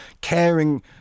caring